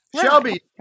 Shelby